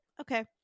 Okay